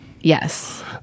yes